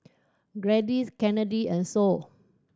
Gladis Kennedy and Sol